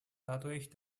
dadurch